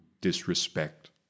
disrespect